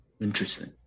Interesting